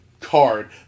card